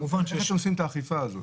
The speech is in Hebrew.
איך אתם עושים את האכיפה הזאת?